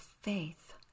faith